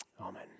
Amen